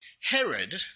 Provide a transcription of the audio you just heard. Herod